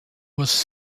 was